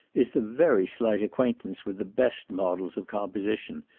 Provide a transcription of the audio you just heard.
is the very slight acquaintance with the best models of composition,